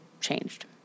changed